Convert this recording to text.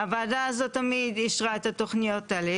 הוועדה הזאת תמיד אישרה את התוכניות האלה.